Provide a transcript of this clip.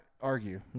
argue